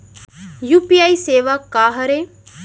UPI सेवा का हरे?